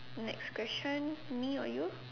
next question me or you